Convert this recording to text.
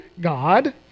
God